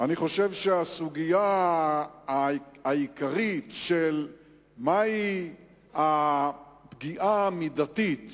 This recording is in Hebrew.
אני חושב שהסוגיה העיקרית, של מהי הפגיעה המידתית